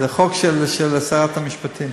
זה חוק של שרת המשפטים.